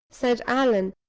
said allan,